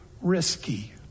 risky